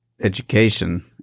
education